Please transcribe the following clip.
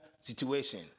situation